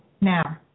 Now